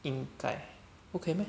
因该不可以 meh